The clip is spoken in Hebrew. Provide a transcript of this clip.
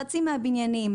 חצי מהבניינים,